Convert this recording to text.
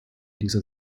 dieser